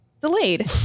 Delayed